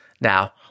Now